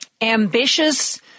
ambitious